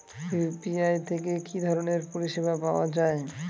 UPI থেকে কি ধরণের পরিষেবা পাওয়া য়ায়?